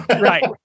Right